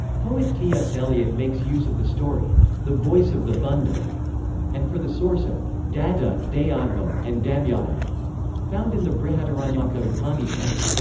poet t. s. eliot makes use of the story the voice of the thunder and for the source of datta, dayadhvam, and damyata found in the brihadaranyaka upanishad.